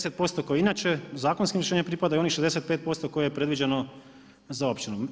10% kao inače, zakonskim rješenjem pripadaju onih 65% koje je predviđeno za općinu.